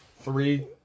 three